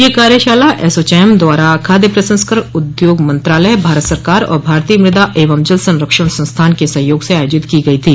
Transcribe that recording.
यह कार्यशाला एसोचौम द्वारा खाद्य प्रसंस्करण उद्योग मंत्रालय भारत सरकार और भारतीय मृदा एवं जल संरक्षण संस्थान के सहयोग से आयोजित की गई थी